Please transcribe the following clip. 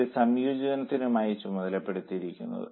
C യുടെ സംയോജനത്തിനുമായും ചുമതലപ്പെടുത്തിയിരിക്കുന്നത്